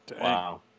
Wow